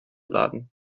laden